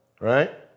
Right